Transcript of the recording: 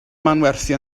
manwerthu